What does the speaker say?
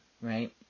right